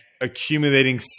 accumulating